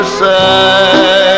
say